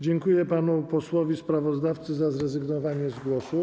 Dziękuję panu posłowi sprawozdawcy za zrezygnowanie z głosu.